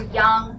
young